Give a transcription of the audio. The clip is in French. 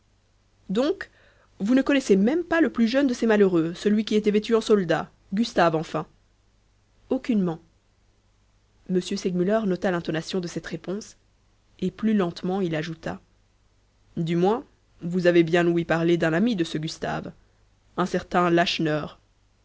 donc vous ne connaissez même pas le plus jeune de ces malheureux celui qui était vêtu eu soldat gustave enfin aucunement m segmuller nota l'intonation de cette réponse et plus lentement il ajouta du moins vous avez bien ouï parler d'un ami de ce gustave un certain lacheneur